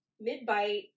mid-bite